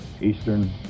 Eastern